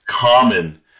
common